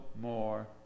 more